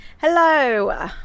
Hello